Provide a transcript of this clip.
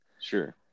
sure